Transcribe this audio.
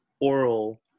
oral